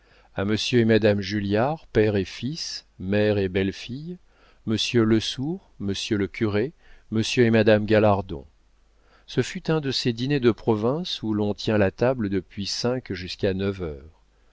à monsieur et madame julliard père et fils mère et belle-fille monsieur lesourd monsieur le curé monsieur et madame galardon ce fut un de ces dîners de province où l'on tient la table depuis cinq jusqu'à neuf heures